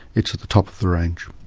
it's at the top of the range.